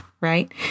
right